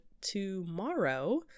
tomorrow